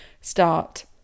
start